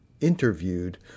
interviewed